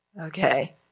Okay